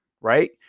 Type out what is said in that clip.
right